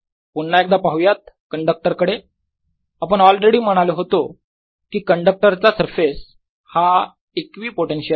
पुन्हा एकदा पाहूयात कंडक्टर कडे आपण ऑलरेडी म्हणालो होतो की कंडक्टरचा सरफेस हा इक्विपोटेन्शियल असतो